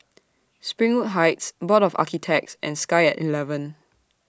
Springwood Heights Board of Architects and Sky At eleven